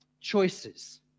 Choices